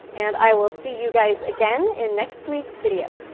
and i will see you guys again in next week's video.